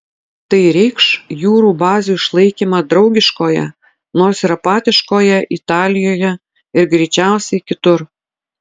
tai reikš jūrų bazių išlaikymą draugiškoje nors ir apatiškoje italijoje ir greičiausiai kitur